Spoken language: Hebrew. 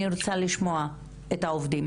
אני רוצה לשמוע את העובדים.